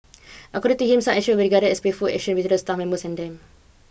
according to him such would regarded as playful actions with the staff members and them